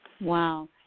Wow